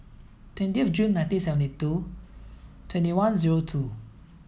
twenty of Jun nineteen seventy two twenty one zero two